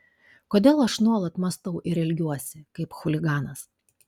kodėl aš nuolat mąstau ir elgiuosi kaip chuliganas